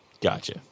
Gotcha